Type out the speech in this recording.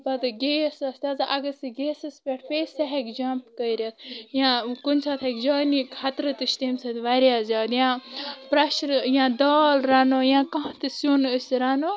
پتہٕ گیس اسہِ دزان اگر سُہ گیسس پیٹھ پیٚیہِ سُہ ہیکہِ جمپ کٔرِتھ یا کُنہِ ساتہِ ہیٚکہِ جٲنی خطرٕ تہِ چھُ تمہِ سۭتۍ واریاہ زیادٕ یا پریشرِ یا دال رنو یا کانٛہہ تہِ سِیُن أسۍ رنو